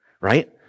right